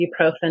ibuprofen